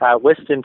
Western